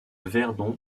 verdon